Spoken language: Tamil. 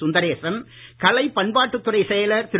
சுந்தரேசன் கலைப் பண்பாட்டுத் துறைச் செயலர் திரு